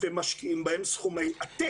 ומשקיעים בהם סכומי עתק.